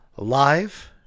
Live